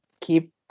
Keep